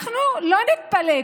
אנחנו לא נתפלא.